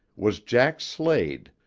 was jack slade